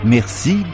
Merci